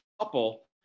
couple